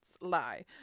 lie